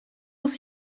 muss